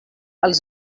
als